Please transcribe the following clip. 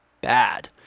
bad